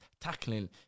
tackling